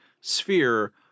sphere